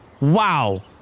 Wow